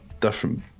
different